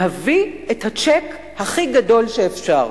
להביא את הצ'ק הכי גדול שאפשר.